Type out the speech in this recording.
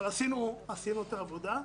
אבל עשינו את העבודה.